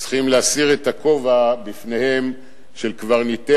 צריכים להסיר את הכובע בפניהם של קברניטי